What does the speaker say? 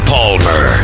Palmer